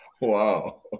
Wow